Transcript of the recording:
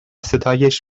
ستایش